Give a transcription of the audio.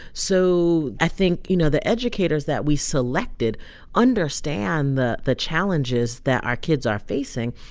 so i think, you know, the educators that we selected understand the the challenges that our kids are facing,